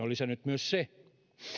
on lisännyt myös se